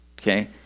Okay